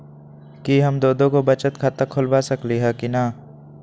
कि हम दो दो गो बचत खाता खोलबा सकली ह की न?